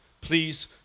please